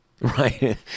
Right